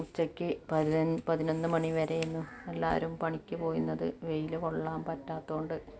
ഉച്ചയ്ക്ക് പതിനൊന്ന് പതിനൊന്ന് മണിവരെ ആണ് എല്ലാവരും പണിക്കു പോയിരുന്നത് വെയിൽ കൊള്ളാൻ പറ്റാത്തത് കൊണ്ട്